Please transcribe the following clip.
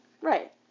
right